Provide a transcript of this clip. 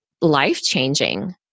life-changing